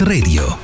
Radio